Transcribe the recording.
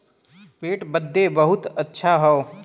पेट बदे बहुते अच्छा हौ